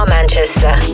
Manchester